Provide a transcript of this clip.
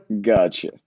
Gotcha